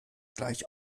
gleich